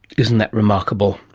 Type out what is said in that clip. isn't that remarkable?